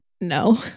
No